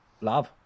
love